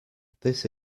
this